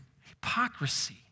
hypocrisy